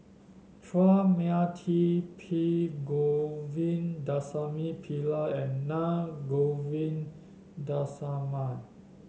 Chua Mia Tee P Govindasamy Pillai and Naa Govindasamy